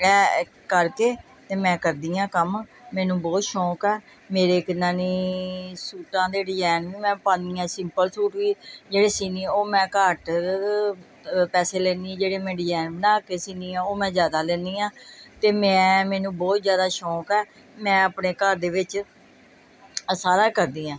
ਐਹ ਕਰਕੇ ਅਤੇ ਮੈਂ ਕਰਦੀ ਹਾਂ ਕੰਮ ਮੈਨੂੰ ਬਹੁਤ ਸ਼ੌਕ ਆ ਮੇਰੇ ਕਿੰਨਾ ਨੀ ਸੂਟਾਂ ਦੇ ਡਿਜ਼ਾਇਨ ਨੂੰ ਮੈਂ ਪਾਉਂਦੀ ਹਾਂ ਸਿੰਪਲ ਸੂਟ ਵੀ ਜਿਹੜੇ ਸਿਊਂਦੀ ਉਹ ਮੈਂ ਘੱਟ ਪੈਸੇ ਲੈ ਲੈਂਦੀ ਹਾਂ ਜਿਹੜੇ ਮੈਂ ਡਿਜਾਇਨ ਬਣਾ ਕੇ ਸਿਊਂਦੀ ਹਾਂ ਉਹ ਮੈਂ ਜ਼ਿਆਦਾ ਲੈਂਦੀ ਹਾਂ ਅਤੇ ਮੈਂ ਮੈਨੂੰ ਬਹੁਤ ਜ਼ਿਆਦਾ ਸ਼ੌਕ ਹੈ ਮੈਂ ਆਪਣੇ ਘਰ ਦੇ ਵਿੱਚ ਆਹ ਸਾਰਾ ਕਰਦੀ ਹਾਂ